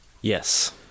Yes